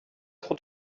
trop